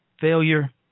Failure